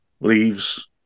leaves